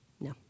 no